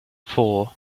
four